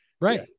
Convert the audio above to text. Right